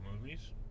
movies